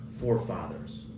forefathers